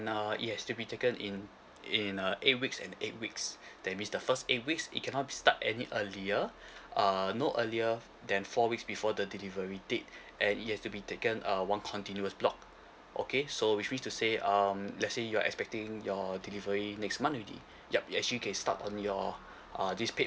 now it has to be taken in in uh eight weeks and eight weeks that means the first eight weeks it cannot be start any earlier err no earlier than four weeks before the delivery date and it has to be taken uh one continuous block okay so which means to say um let say you're expecting your delivery next month already yup you actually can start on your uh this paid